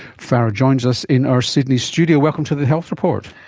farah joins us in our sydney studio. welcome to the health report.